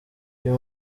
uyu